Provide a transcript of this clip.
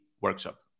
workshop